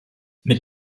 mit